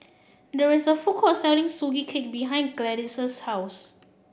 there is a food court selling Sugee Cake behind Gladyce's house